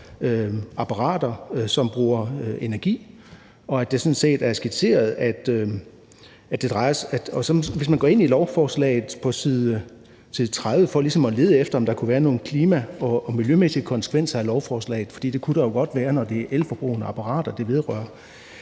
Det kan jo godt undre mig, når det sådan set vedrører apparater, som bruger energi. Hvis man går ind i lovforslaget på side 30 for ligesom at lede efter, om der kunne være nogle klima- og miljømæssige konsekvenser af lovforslaget – for det kunne der jo godt være, når det er elforbrugende apparater, det vedrører